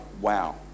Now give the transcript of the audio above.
wow